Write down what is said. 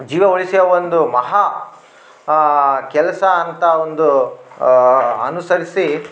ಜೀವ ಉಳಿಸಿ ಅವೊಂದು ಮಹಾ ಕೆಲಸ ಅಂತ ಒಂದು ಅನುಸರಿಸಿ